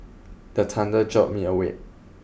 the thunder jolt me awake